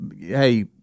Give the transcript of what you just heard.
hey